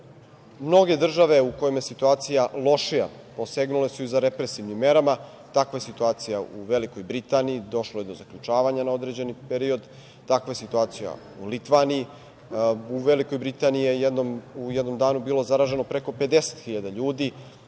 Mnoge države u kojima je situacija lošija posegnule su i za represivnim merama, takva je situacija u Velikoj Britaniji, došlo je do zaključavanja na određeni period, takva je situacija u Litvaniji. U Velikoj Britaniji je u jednom danu bilo zaraženo preko 50 hiljada